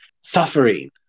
suffering